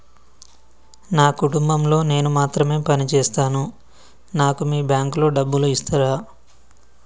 నా కుటుంబం లో నేను మాత్రమే పని చేస్తాను నాకు మీ బ్యాంకు లో డబ్బులు ఇస్తరా?